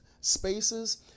spaces